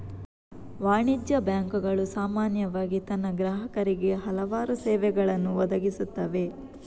ವಾಣಿಜ್ಯ ಬ್ಯಾಂಕುಗಳು ಸಾಮಾನ್ಯವಾಗಿ ತನ್ನ ಗ್ರಾಹಕರಿಗೆ ಹಲವಾರು ಸೇವೆಗಳನ್ನು ಒದಗಿಸುತ್ತವೆ